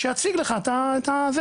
שיציג לך את זה.